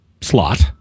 slot –